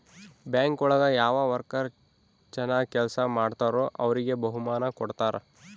bank ಒಳಗ ಯಾವ worker ಚನಾಗ್ ಕೆಲ್ಸ ಮಾಡ್ತಾರೋ ಅವ್ರಿಗೆ ಬಹುಮಾನ ಕೊಡ್ತಾರ